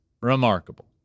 remarkable